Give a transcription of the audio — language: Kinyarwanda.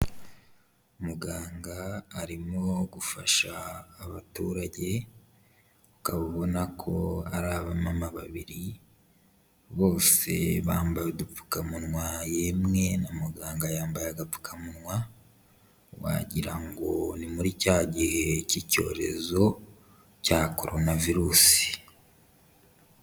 Muganga arimo gufasha abaturage ukaba ubona ko ari abamama babiri bose bambaye udupfukamunwa yemwe na muganga yambaye agapfukamunwa, wagira ngo ni muri cya gihe cy'icyorezo cya Korona virusi.